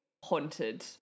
Haunted